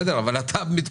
אנחנו נמשיך את העבודה הזאת,